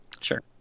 Sure